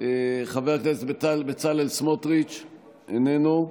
חבר הכנסת בצלאל סמוטריץ' איננו.